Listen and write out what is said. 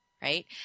Right